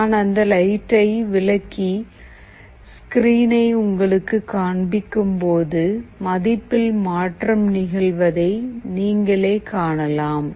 நான் அந்த லைட்டை விலக்கி ஸ்க்ரீனை உங்களுக்கு காண்பிக்கும் போது மதிப்பில் மாற்றம் நிகழ்வதை நீங்களே காணலாம்